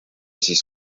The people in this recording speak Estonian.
siis